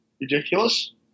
ridiculous